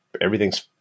everything's